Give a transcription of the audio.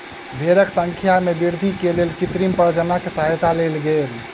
भेड़क संख्या में वृद्धि के लेल कृत्रिम प्रजननक सहयता लेल गेल